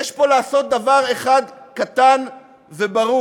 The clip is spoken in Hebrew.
יש פה לעשות דבר אחד קטן וברור,